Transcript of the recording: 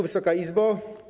Wysoka Izbo!